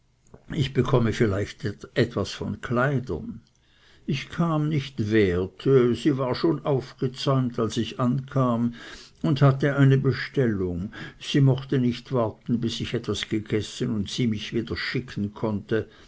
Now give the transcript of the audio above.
ich bekomme vielleicht etwas von kleidern ich kam nicht wert sie war schon aufgezäumt als ich ankam und hatte wahrscheinlich eine bestellung sie mochte nicht warten bis ich etwas gegessen und sie mich wieder schicken konnte